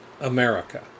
America